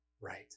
right